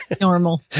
Normal